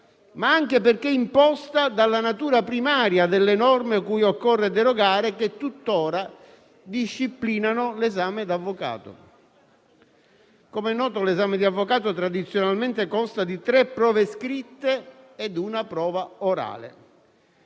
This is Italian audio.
ma anche perché imposta dalla natura primaria delle norme cui occorre derogare, che tuttora disciplinano l'esame da avvocato. Com'è noto, l'esame da avvocato tradizionalmente consta di tre prove scritte e di una prova orale,